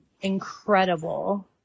incredible